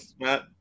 Matt